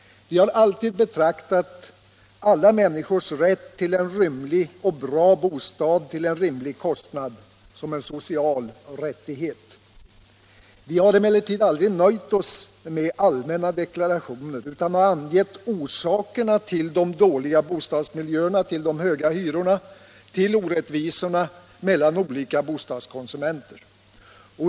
Vi har alltid betraktat alla människors rätt till en rimlig och bra bostad till rimlig kostnad som en social rättighet. Vi har emellertid aldrig nöjt oss med allmänna deklarationer utan har angett orsakerna till de dåliga bostadsmiljöerna, till de höga hyrorna, till orättvisorna mellan olika bostadskonsumenter.